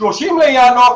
30 לינואר,